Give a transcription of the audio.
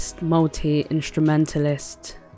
multi-instrumentalist